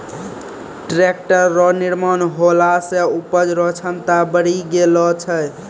tractor रो निर्माण होला से उपज रो क्षमता बड़ी गेलो छै